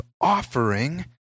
offering